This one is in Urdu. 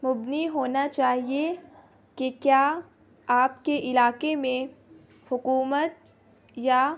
مبنی ہونا چاہیے کہ کیا آپ کے علاقے میں حکومت یا